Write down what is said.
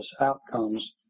outcomes